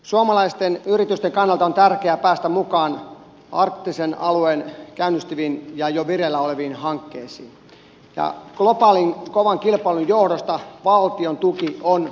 suomalaisten yritysten kannalta on tärkeää päästä mukaan arktisen alueen käynnistyviin ja jo vireillä oleviin hankkeisiin ja globaalin kovan kilpailun johdosta valtion tuki on elintärkeää